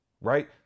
Right